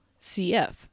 CF